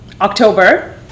october